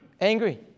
angry